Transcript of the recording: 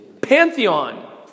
Pantheon